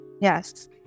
Yes